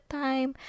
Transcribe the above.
time